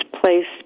placed